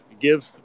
give